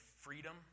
freedom